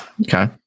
Okay